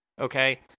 Okay